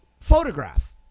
Photograph